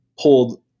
pulled